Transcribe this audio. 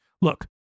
Look